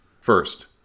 First